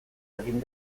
egin